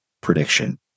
prediction